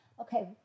okay